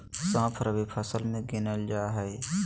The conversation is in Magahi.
सौंफ रबी फसल मे गिनल जा हय